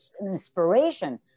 inspiration